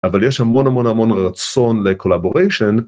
אבל יש המון המון המון רצון לקולבוריישן.